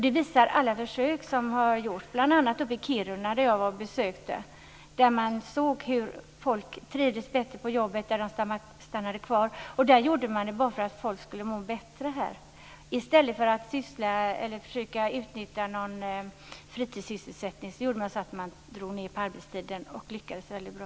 Det visar alla försök som har gjorts, bl.a. uppe i Kiruna där jag har varit på besök. Där såg man att folk trivdes bättre på jobbet och stannade kvar. Där gjorde man det för att folk skulle må bättre. I stället för att utnyttja någon fritidssysselsättning drog man ned på arbetstiden och lyckades väldigt bra.